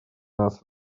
нас